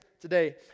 today